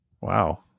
Wow